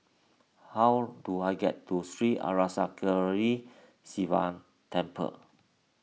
how do I get to Sri Arasakesari Sivan Temple